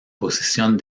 posición